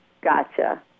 Gotcha